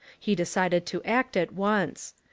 he decided to act at once.